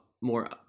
more